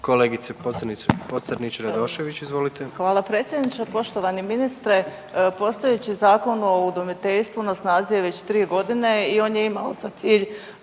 izvolite. **Pocrnić-Radošević, Anita (HDZ)** Hvala predsjedniče. Poštovani ministre, postojeći Zakon o udomiteljstvu na snazi je već 3 godine i on je imao za cilj